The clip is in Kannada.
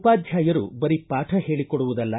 ಉಪಾಧ್ಯಾಯರು ಬರೀ ಪಾಠ ಹೇಳಿಕೊಡುವುದಲ್ಲ